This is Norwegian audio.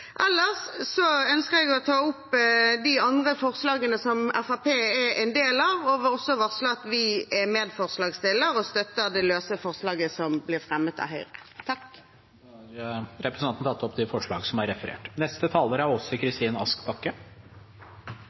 Ellers ønsker jeg å ta opp de andre forslagene som Fremskrittspartiet er en del av, og jeg vil også varsle at vi er medforslagsstiller til og støtter det løse forslaget som blir fremmet av Høyre. Representanten Silje Hjemdal har tatt opp de forslagene hun refererte til. Dataspel er